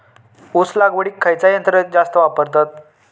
ऊस लावडीक खयचा यंत्र जास्त वापरतत?